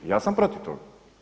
I ja sam protiv toga.